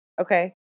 okay